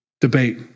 debate